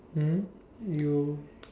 mmhmm you